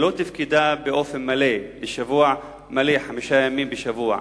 היא לא תפקדה באופן מלא חמישה ימים בשבוע.